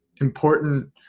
important